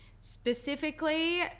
Specifically